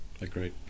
Agreed